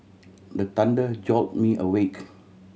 the thunder jolt me awake